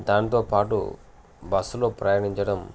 దానితో పాటు బస్సులో ప్రయాణించడం